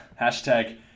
Hashtag